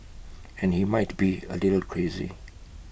and he might be A little crazy